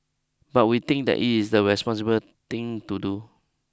but we think that it is the responsible thing to do